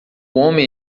homem